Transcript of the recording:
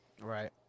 Right